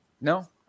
No